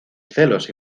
celos